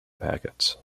packets